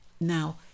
Now